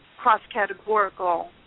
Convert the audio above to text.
cross-categorical